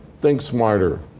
think smarter.